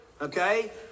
okay